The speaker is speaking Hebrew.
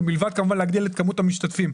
מלבד כמובן להגדיל את כמות המשתתפים,